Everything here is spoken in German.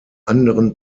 anderen